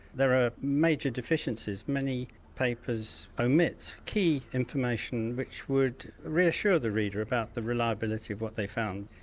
there are major deficiencies. many papers omit key information which would reassure the reader about the reliability of what they found.